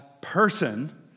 person